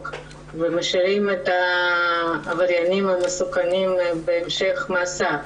ומשאירים את העבריינים המסוכנים בהמשך מאסר.